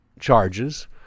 charges